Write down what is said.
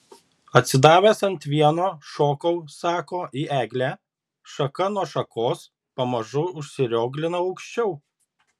atsidavęs ant vieno šokau sako į eglę šaka nuo šakos pamažu užsirioglinau aukščiau